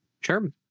sure